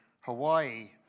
hawaii